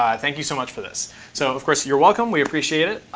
thank you so much for this. so of course, you're welcome. we appreciate it.